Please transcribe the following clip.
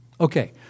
Okay